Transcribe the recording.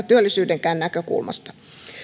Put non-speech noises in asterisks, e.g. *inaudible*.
*unintelligible* työllisyydenkään näkökulmasta